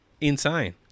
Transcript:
insane